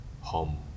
home